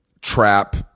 trap